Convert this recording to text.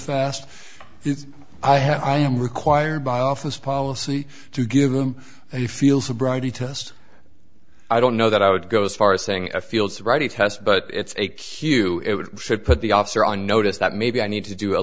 have i am required by law office policy to give them a field sobriety test i don't know that i would go as far as saying a field sobriety test but it's a cue should put the officer on notice that maybe i need to do a